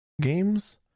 games